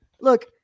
Look